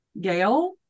Gail